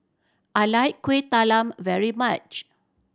I like Kuih Talam very much